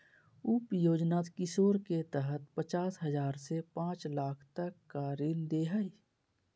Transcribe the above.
उप योजना किशोर के तहत पचास हजार से पांच लाख तक का ऋण दे हइ